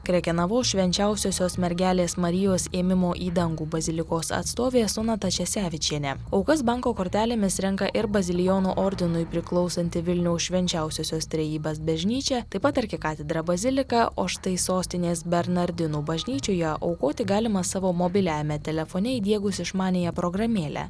krekenavos švenčiausiosios mergelės marijos ėmimo į dangų bazilikos atstovė sonata česevičienė aukas banko kortelėmis renka ir bazilijonų ordinui priklausanti vilniaus švenčiausiosios trejybės bažnyčia taip pat arkikatedra bazilika o štai sostinės bernardinų bažnyčioje aukoti galima savo mobiliajame telefone įdiegus išmaniąją programėlę